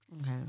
okay